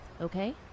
okay